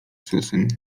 sosen